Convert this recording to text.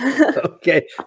Okay